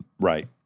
Right